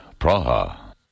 Praha